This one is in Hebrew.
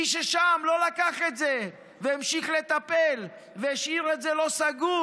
מי ששם לא לקח את זה והמשיך לטפל והשאיר את זה לא סגור,